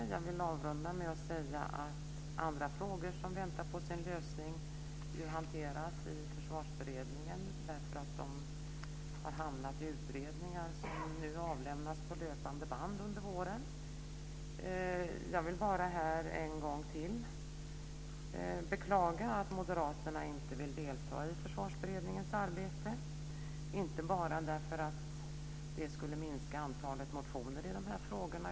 Jag vill avrunda med att säga att andra frågor som väntar på sin lösning ju hanteras i försvarsberedningen därför att de har hamnat i utredningar som nu avlämnas på löpande band under våren. Jag vill bara här en gång till beklaga att moderaterna inte vill delta i försvarsberedningens arbete, inte bara därför att det skulle minska antalet motioner i de här frågorna.